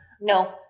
No